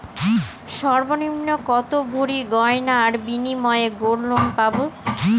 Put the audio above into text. সর্বনিম্ন কত ভরি গয়নার বিনিময়ে গোল্ড লোন পাব?